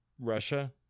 Russia